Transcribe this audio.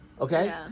Okay